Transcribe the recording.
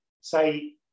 say